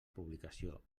publicació